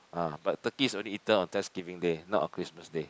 ah but turkey is only eaten on Thanksgiving day not on Christmas Day